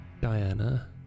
Diana